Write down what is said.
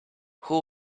who